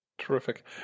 Terrific